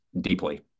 deeply